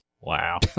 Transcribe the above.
Wow